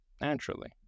naturally